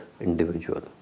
individual